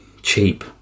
cheap